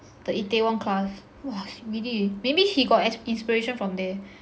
the itaewon class !wah! really maybe he got as~ inspiration from there